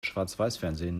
schwarzweißfernsehen